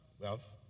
wealth